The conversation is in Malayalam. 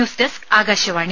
news desk Akashvani